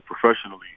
professionally